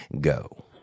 go